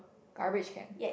garbage can